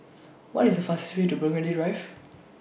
What IS The fast Way to Burgundy Drive